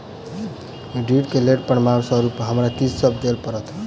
ऋण केँ लेल प्रमाण स्वरूप हमरा की सब देब पड़तय?